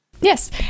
Yes